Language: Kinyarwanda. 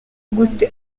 gute